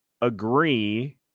agree